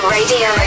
Radio